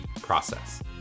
process